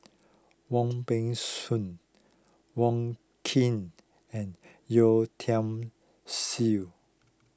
Wong Peng Soon Wong Keen and Yeo Tiam Siew